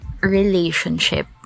relationship